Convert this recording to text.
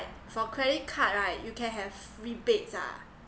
for credit card right you can have rebates ah